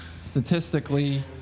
statistically